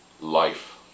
life